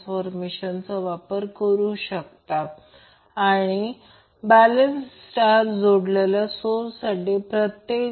तर phase current त्यांच्या संबंधित फेज व्होल्टेज पेक्षा ने लॅगींग आहे